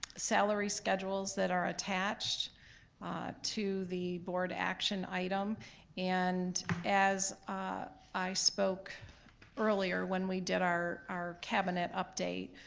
salary schedules that are attached to the board action item and as i spoke earlier when we did our our cabinet update